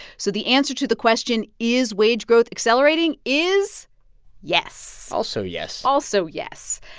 so the answer to the question, is wage growth accelerating, is yes also yes also yes.